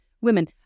women